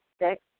Six